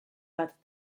bat